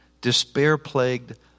Despair-plagued